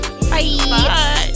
Bye